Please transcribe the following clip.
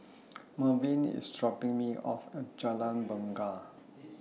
Marvin IS dropping Me off At Jalan Bungar